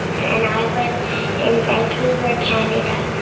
and i live in vancouver, canada.